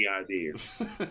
ideas